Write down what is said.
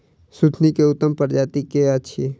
सुथनी केँ उत्तम प्रजाति केँ अछि?